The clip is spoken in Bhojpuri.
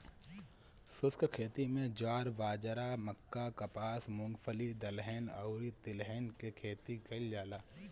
शुष्क खेती में ज्वार, बाजरा, मक्का, कपास, मूंगफली, दलहन अउरी तिलहन के खेती कईल जाला